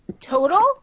total